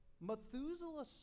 Methuselah